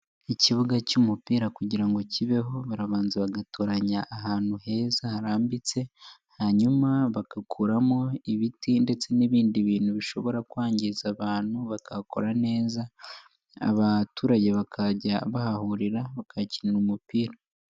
Ikibuga cy'umupira kugira ngo kibeho barabanza bagatoranya ahantu heza harambitse hanyuma bagakuramo ibiti ndetse n'ibindi bintu bishobora kwangiza abantu bakahakora neza. Abaturage bakajya bahahurira bakahakinira umupira.